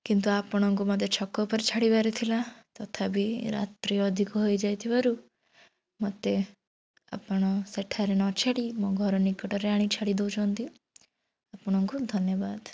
କିନ୍ତୁ ଆପଣଙ୍କୁ ମୋତେ ଛକ ଉପରେ ଛାଡ଼ିବାରେ ଥିଲା ତଥାପି ରାତ୍ରି ଅଧିକ ହୋଇ ଯାଇଥିବାରୁ ମୋତେ ଆପଣ ସେଠାରେ ନ ଛାଡ଼ି ମୋ ଘର ନିକଟରେ ଆଣି ଛାଡ଼ି ଦେଉଛନ୍ତି ଆପଣଙ୍କୁ ଧନ୍ୟବାଦ